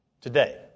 today